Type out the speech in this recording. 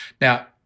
Now